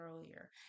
earlier